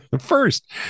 First